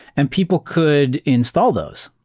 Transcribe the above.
and people could install those,